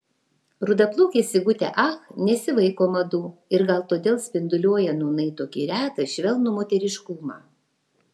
rudaplaukė sigutė ach nesivaiko madų ir gal todėl spinduliuoja nūnai tokį retą švelnų moteriškumą